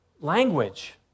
language